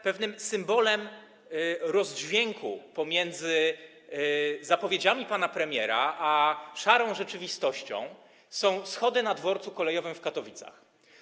Pewnym symbolem rozdźwięku pomiędzy zapowiedziami pana premiera a szarą rzeczywistością są schody na dworcu w Katowicach.